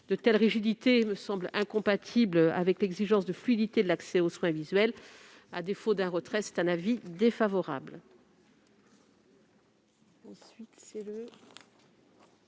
De telles rigidités me semblent incompatibles avec l'exigence de fluidité de l'accès aux soins visuels. À défaut d'un retrait, l'avis sera défavorable.